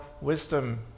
wisdom